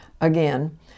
again